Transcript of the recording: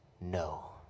No